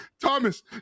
Thomas